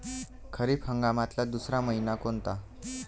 खरीप हंगामातला दुसरा मइना कोनता?